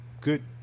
good